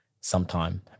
sometime